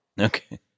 Okay